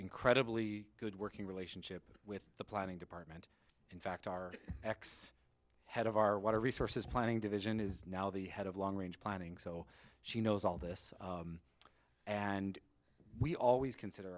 incredibly good working relationship with the planning department in fact our next head of our water resources planning division is now the head of long range planning so she knows all this and we always consider